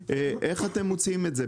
איך אתם מוציאים את זה?